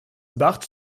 bart